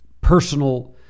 personal